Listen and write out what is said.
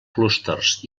clústers